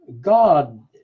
God